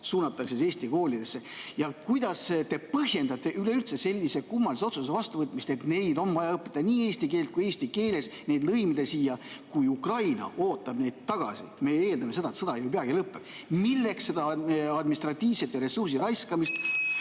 suunatakse Eesti koolidesse? Ja kuidas te põhjendate üleüldse sellise kummalise otsuse vastuvõtmist, et neil on vaja õppida nii eesti keelt kui ka eesti keeles, neid lõimida siia, kui Ukraina ootab neid tagasi? Me eeldame ju seda, et sõda peagi lõpeb. Milleks raisata administratiivset ressurssi